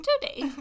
today